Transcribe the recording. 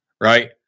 right